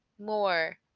more